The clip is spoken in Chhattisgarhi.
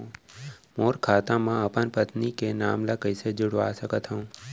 मोर खाता म अपन पत्नी के नाम ल कैसे जुड़वा सकत हो?